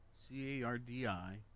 C-A-R-D-I